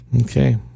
Okay